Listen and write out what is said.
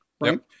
right